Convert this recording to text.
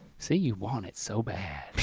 see you want it so bad.